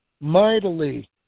Mightily